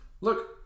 Look